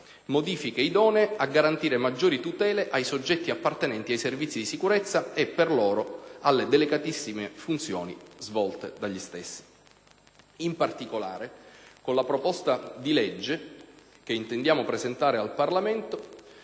modifiche idonee a garantire maggiori tutele ai soggetti appartenenti ai Servizi di sicurezza e, per loro, alle delicatissime funzioni svolte dagli stessi. In particolare, con la proposta di legge che intendiamo presentare al Parlamento,